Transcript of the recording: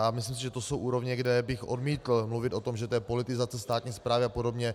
Myslím si, že to jsou úrovně, kde bych odmítl mluvit o tom, že to je politizace státní správy a podobně.